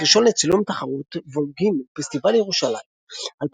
ראשון לצילום תחרות וולגין פסטיבל ירושלים 2005